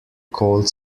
cold